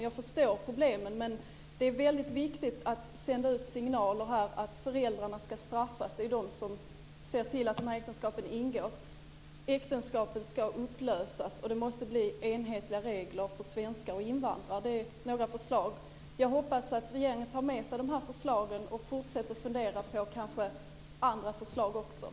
Jag förstår problemen, men det är viktigt att sända ut signaler om att föräldrarna ska straffas. Det är de som ser till att äktenskapen ingås. Äktenskapen ska upplösas och det måste bli enhetliga regler för svenskar och invandrare. Det är några förslag. Jag hoppas att regeringen tar med sig de här förslagen och fortsätter att fundera kanske även på andra förslag.